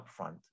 upfront